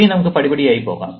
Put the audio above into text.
ഇനി നമുക്ക് പടിപടിയായി പോകാം